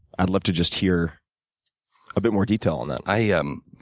i'd love to just hear a bit more detail on that. i um